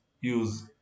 use